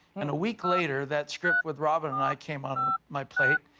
and a week later that script with robin and i came on my plate.